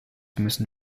müssen